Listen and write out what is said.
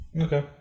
Okay